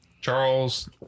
Charles